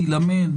תילמד,